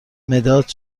مداد